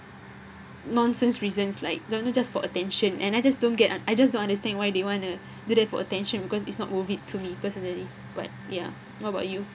nonsense reasons like don't know just for attention and I just don't get I just don't understand why they want to do that for attention because it's not worth it to me personally but ya what about you